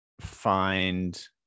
find